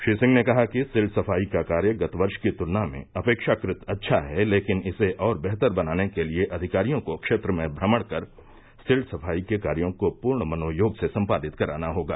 श्री सिंह ने कहा कि सिल्ट सफाई का कार्य गत वर्ष की तुलना में अपेक्षाकृत अच्छा है लेकिन इसे और बेहतर बनाने के लिए अधिकारियों को क्षेत्र में भ्रमण कर सिल्ट सफाई के कायों को पूर्ण मनोयोग से सम्पादित कराना होगा